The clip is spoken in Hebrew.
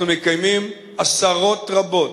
אנחנו מקיימים עשרות רבות